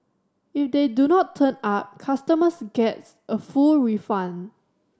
if they do not turn up customers gets a full refund